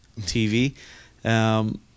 TV